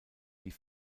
die